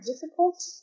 difficult